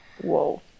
Whoa